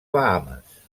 bahames